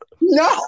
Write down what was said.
No